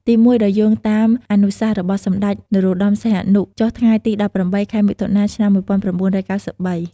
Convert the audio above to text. ទីមួយ ដោយយោងតាមអនុសាសន៍របស់សម្តេច នរោត្តម សីហនុ ចុះថ្ងៃទី១៨ ខែមិថុនា ឆ្នាំ១៩៩៣។